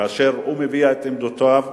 כאשר הוא מביע את עמדותיו,